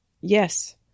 Yes